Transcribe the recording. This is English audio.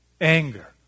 anger